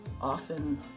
often